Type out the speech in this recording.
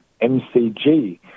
MCG